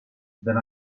then